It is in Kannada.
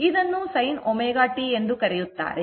ಇದನ್ನು sin ω t ಎಂದು ಕರೆಯುತ್ತಾರೆ